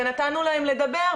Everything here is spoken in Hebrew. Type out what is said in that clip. ונתנו להם לדבר,